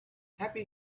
happy